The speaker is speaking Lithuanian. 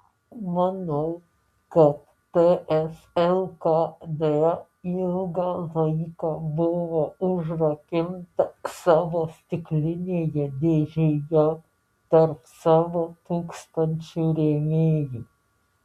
manau kad ts lkd ilgą laiką buvo užrakinta savo stiklinėje dėžėje tarp savo tūkstančių rėmėjų